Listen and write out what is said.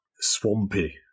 swampy